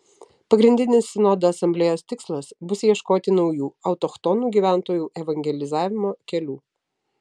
pagrindinis sinodo asamblėjos tikslas bus ieškoti naujų autochtonų gyventojų evangelizavimo kelių